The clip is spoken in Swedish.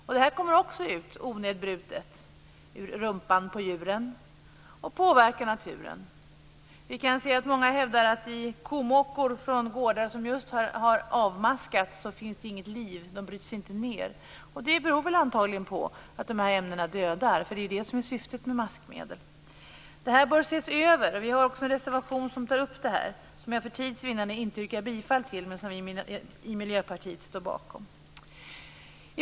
Dessa medel kommer också ut i naturen onedbrutna ur rumpan på djuren och påverkar den. Många hävdar att det i komockor som kommit från gårdar där kor just har avmaskats inte finns någon liv, komockorna bryts inte ned. Det beror antagligen på att maskmedlen dödar, eftersom det är detta som är syftet med dem. Detta bör ses över, och det har vi också tagit upp i en reservation som jag för tids vinnande inte yrkar bifall till, men som vi i Miljöpartiet står bakom.